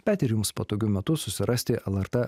bet ir jums patogiu metu susirasti lrt